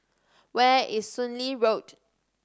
where is Soon Lee Road